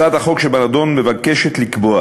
הצעת החוק שבנדון מבקשת לקבוע